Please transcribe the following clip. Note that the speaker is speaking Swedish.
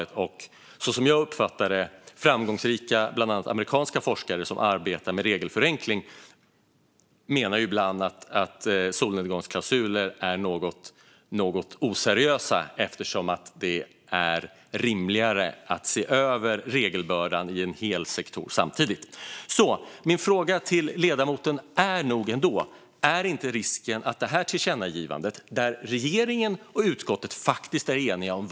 Bland annat amerikanska forskare - framgångsrika sådana, som jag uppfattar det - som arbetar med regelförenkling menar ibland att solnedgångsklausuler är något oseriösa och att det är rimligare att se över regelbördan i en hel sektor samtidigt. Min fråga till ledamoten är nog ändå: Är inte risken att detta tillkännagivande bara minskar förtroendet för tillkännagivanden?